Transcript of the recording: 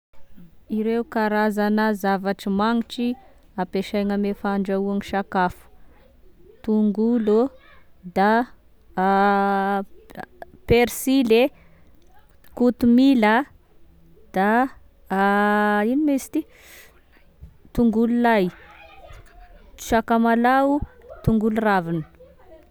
Ireo karazana zavatry magnitry ampesaigna ame fandraoagne sakafo: tongolo, da a- persile, kotomila, da ino moa izy ty tongolo lay, sakamalao, tongolo ravina